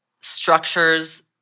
structures